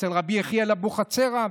אצל רבי יחיאל אבוחצירא,